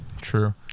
True